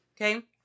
okay